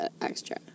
extra